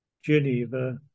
Geneva